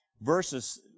versus